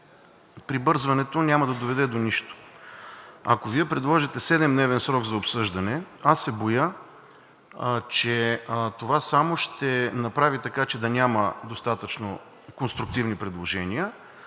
прибързването няма да доведе до нищо. Ако Вие предложите 7-дневен срок за обсъждане, аз се боя, че това само ще направи така, че да няма достатъчно конструктивни предложения,